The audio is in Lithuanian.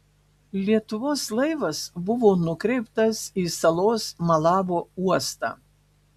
lietuvos laivas buvo nukreiptas į salos malabo uostą